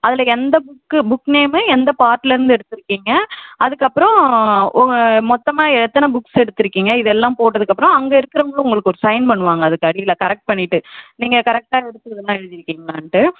அதில் எந்த book book name எந்த பார்ட்லிருந்து எடுத்துருக்கீங்க அதுக்கப்புறம் ஒ மொத்தமாக எத்தனை புக்ஸ் எடுத்துருக்கீங்க இதெல்லாம் போட்டதுக்கப்புறம் அங்கே இருக்கிறவங்க உங்களுக்கு ஒரு சைன் பண்ணுவாங்க அதுக்கடியில் கரெக்ட் பண்ணிவிட்டு நீங்கள் கரெக்டாக எடுத்து ஒழுங்காக எழுதிருக்கீங்களான்ட்டு